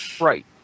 Right